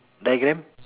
diagram